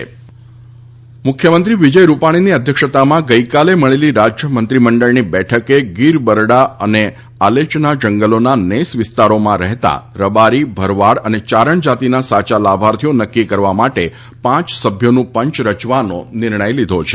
અનૂસુચિત જનજાતિના લાભાર્થી કમિશન મુખ્યમંત્રી વિજય રૂપાણીની અધ્યક્ષતામાં ગઇકાલે મળેલી રાજ્ય મંત્રીમંડળની બેઠકે ગીર બરડા અને આલેચના જંગલોના નેસ વિસ્તારમાં રહેતા રબારી ભરવાડ અને યારણ જાતિના સાયા લાભાર્થીઓ નક્કી કરવા માટે પાંચ સભ્યોનું પંચ રચવાનો નિર્ણય કર્યો છે